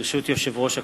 ברשות יושב-ראש הכנסת,